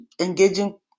engaging